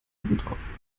obendrauf